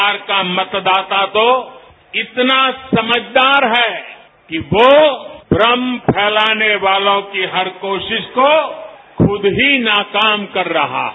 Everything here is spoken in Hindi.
बिहार का मतदाता तो इतना समझदार है कि वो भ्रम फैलाने वालों की हर कोशिश को खुद ही नाकाम कर रहा है